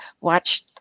watch